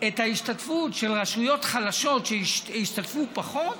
את ההשתתפות של רשויות חלשות, שישתתפו פחות,